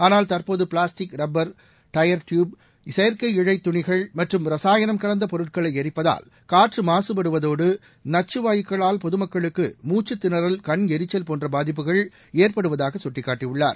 ஆனால் தற்போது plastic rubber tyre tube செயற்கை இழைத் துணிகள் மற்றும் ரசாயனம் கலந்த பொருட்களை எரிப்பதால் காற்று மாசுபடுவதோடு நச்சு வாயுக்களால் பொது மக்களுக்கு மூச்சுத்திணறல் கண் எரிச்சல் போன்ற பாதிப்புகள் ஏற்படுவதாக சுட்டிக்காட்டியுள்ளார்